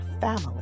family